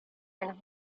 and